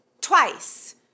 twice